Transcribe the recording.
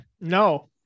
No